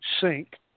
sink